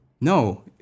no